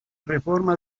reforma